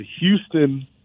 Houston